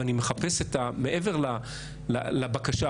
ואני מחפש מעבר לבקשה,